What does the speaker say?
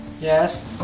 Yes